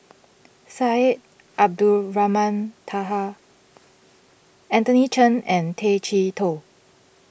Syed Abdulrahman Taha Anthony Chen and Tay Chee Toh